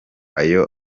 ayo